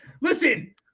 Listen